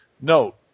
Note